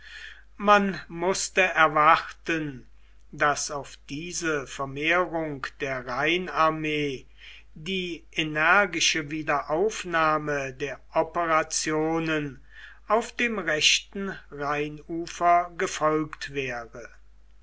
man mußte erwarten daß auf diese vermehrung der rheinarmee die energische wiederaufnahme der operationen auf dem rechten rheinufer gefolgt wäre